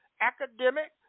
academic